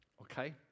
Okay